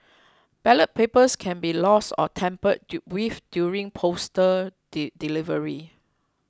ballot papers can be lost or tampered with during postal delivery